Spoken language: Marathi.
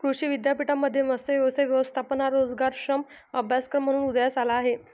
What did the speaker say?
कृषी विद्यापीठांमध्ये मत्स्य व्यवसाय व्यवस्थापन हा रोजगारक्षम अभ्यासक्रम म्हणून उदयास आला आहे